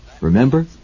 Remember